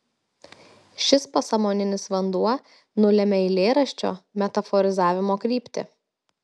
šis pasąmoninis vanduo nulemia eilėraščio metaforizavimo kryptį